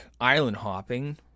island-hopping